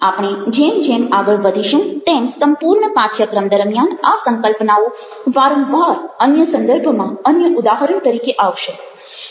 આપણે જેમ જેમ આગળ વધીશું તેમ સંપૂર્ણ પાઠ્ય્ક્રમ દરમિયાન આ સંકલ્પનાઓ વારંવાર અન્ય સંદર્ભમાં અન્ય ઉદાહરણ તરીકે આવશે